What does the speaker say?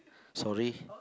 sorry